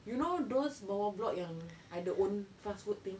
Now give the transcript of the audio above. you know those bawah block yang ada own fast food thing